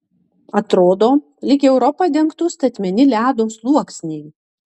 atrodo lyg europą dengtų statmeni ledo sluoksniai